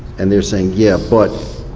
and they're saying, yeah, but,